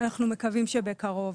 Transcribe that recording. אנחנו מקווים שבקרוב,